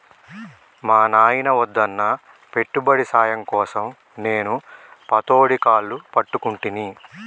మా నాయిన వద్దన్నా పెట్టుబడి సాయం కోసం నేను పతోడి కాళ్లు పట్టుకుంటిని